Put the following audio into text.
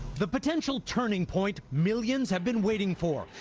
the potential turning point millions have been waiting for,